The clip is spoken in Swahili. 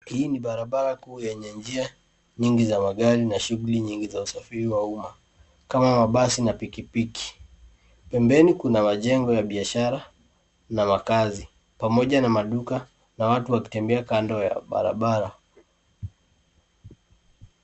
Hii ni barabara kuu yenye njia nyingi za mgari na shughuli nyingi za usafiri wa umma kama mabasi na pikipiki. Pembeni kuna majengo ya biashara na makazi pamoja na maduka na watu wakitembea kando ya barabara.